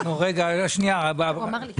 שלום, אני סמנכ"ל כספים ואסטרטגיה בבנק דיסקונט.